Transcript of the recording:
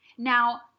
Now